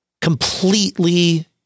completely